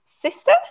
sister